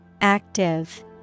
Active